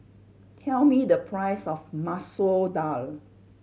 tell me the price of Masoor Dal